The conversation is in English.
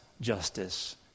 justice